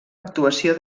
actuació